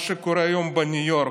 מה שקורה היום בניו יורק,